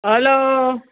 hello